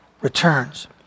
returns